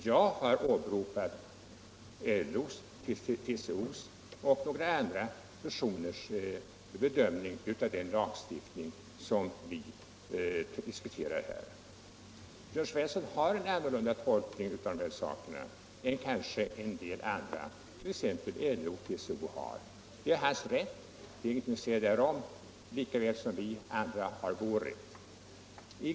Jag har åberopat LO:s, TCO:s och någon persons bedömning av ifrågavarande lagstiftning. Herr Svensson har en annan tolkning än t.ex. LO och TCO, och det är hans fulla rätt. Lika väl har vi andra rätt att göra vår tolkning.